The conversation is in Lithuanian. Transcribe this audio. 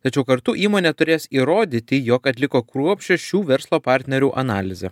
tačiau kartu įmonė turės įrodyti jog atliko kruopščią šių verslo partnerių analizę